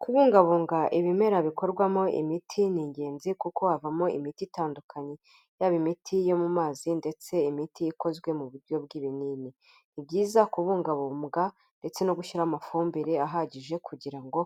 Kubungabunga ibimera bikorwamo imiti ni ingenzi kuko havamo imiti itandukanye, yaba imiti yo mu mazi ndetse imiti ikozwe mu buryo bw'ibinini, ni byiza kubungabunga ndetse no gushyiramo amafumbire ahagije kugira ngo